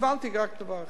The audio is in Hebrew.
והבנתי רק דבר אחד.